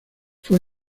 fue